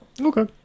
okay